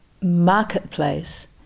marketplace